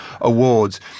awards